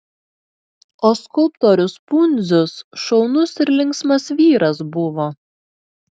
o skulptorius pundzius šaunus ir linksmas vyras buvo